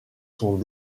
sont